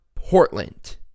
Portland